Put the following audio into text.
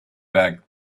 back